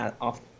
off